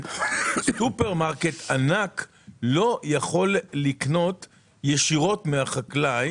וסופרמרקט ענק לא יכול לקנות ישירות מהחקלאי